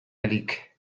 elik